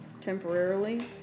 temporarily